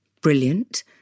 brilliant